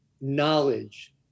knowledge